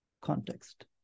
context